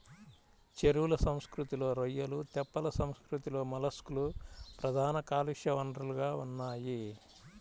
చెరువుల సంస్కృతిలో రొయ్యలు, తెప్పల సంస్కృతిలో మొలస్క్లు ప్రధాన కాలుష్య వనరులుగా ఉన్నాయి